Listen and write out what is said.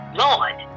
lord